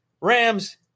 Rams